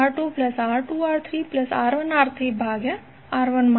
તો Ra માટે તમને R1R2R2R3R1R3ભાગ્યા R1 મળશે